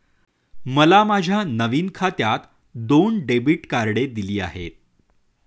मला माझ्या नवीन खात्यात दोन डेबिट कार्डे दिली आहेत